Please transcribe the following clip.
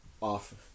off